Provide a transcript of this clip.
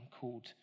called